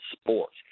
sports